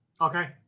Okay